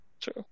true